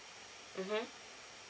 mmhmm